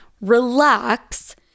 relax